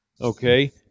Okay